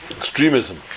extremism